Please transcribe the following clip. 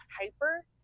hyper